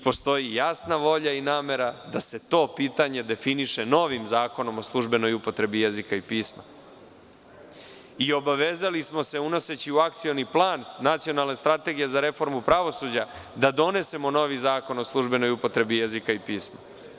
Postoji jasna volja i namera da se to pitanje definiše novim Zakonom o službenoj upotrebi jezika i pisma i obavezali smo se, unoseći u Akcioni plan Nacionalne strategije za reformu pravosuđa da donesemo novi Zakon o službenoj upotrebi jezika i pisma.